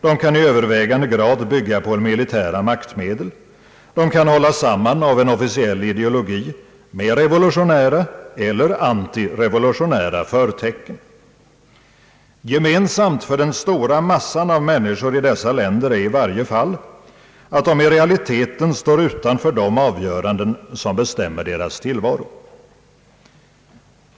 De kan i övervägande grad bygga på militära maktmedel. De kan hållas samman av en officiell ideologi med revolutionära eller antirevolutionära förtecken. Gemensamt för den stora massan av människor i dessa länder är i varje fall att de i realiteten står utanför de avgöranden som bestämmer deras tillvaro.